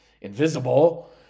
invisible